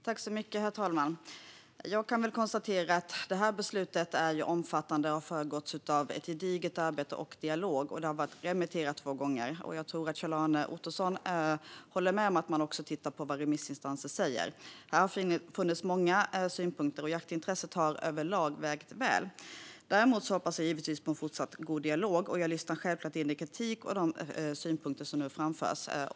Herr talman! Jag kan konstatera att det här beslutet är omfattande och har föregåtts av ett gediget arbete och dialog. Det har varit remitterat två gånger. Jag tror att Kjell-Arne Ottosson håller med om att man också tittar på vad remissinstanser säger. Här har det funnits många synpunkter. Jaktintresset har överlag vägts in väl. Men jag hoppas givetvis på en fortsatt god dialog. Jag lyssnar självklart in den kritik och de synpunkter som nu framförs.